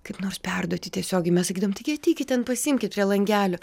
kaip nors perduoti tiesiogiai mes sakydavom taigi ateikit ten pasiimkit prie langelio